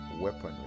weaponry